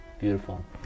beautiful